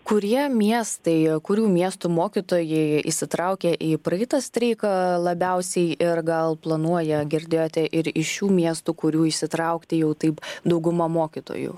kurie miestai kurių miestų mokytojai įsitraukė į praeitą streiką labiausiai ir gal planuoja girdėjote ir iš šių miestų kurių įsitraukti jau taip dauguma mokytojų